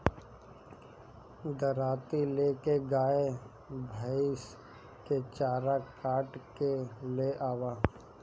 दराँती ले के गाय भईस के चारा काट के ले आवअ